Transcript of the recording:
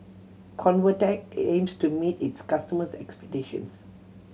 Convatec aims to meet its customers' expectations